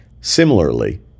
Similarly